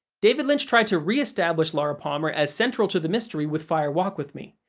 david lynch tried to re-establish laura palmer as central to the mystery with fire walk with me,